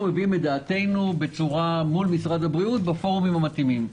אנחנו מביעים את דעתנו מול משרד הבריאות בפורומים המתאימים.